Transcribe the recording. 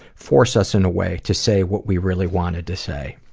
force us in a way, to say what we really wanted to say.